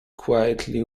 quietly